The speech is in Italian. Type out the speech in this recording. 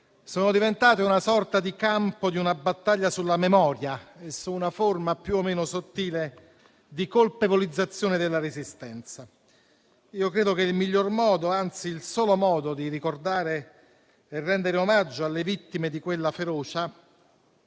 sono diventate una sorta di campo di battaglia sulla memoria e su una forma più o meno sottile di colpevolizzazione della Resistenza. Io credo che il miglior modo, anzi il solo modo di ricordare e rendere omaggio alle vittime di quella ferocia,